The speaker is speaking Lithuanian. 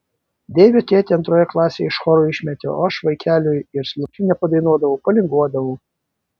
deivio tėtį antroje klasėje iš choro išmetė o aš vaikeliui ir lopšinę padainuodavau palinguodavau